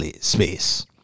space